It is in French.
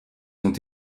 ont